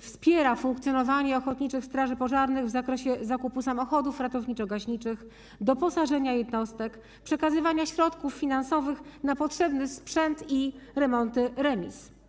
wspiera funkcjonowanie ochotniczych straży pożarnych w zakresie zakupu samochodów ratowniczo-gaśniczych, doposażenia jednostek, przekazywania środków finansowych na potrzebny sprzęt i remonty remiz.